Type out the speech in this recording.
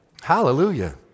hallelujah